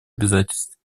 обязательство